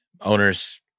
owners